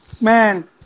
man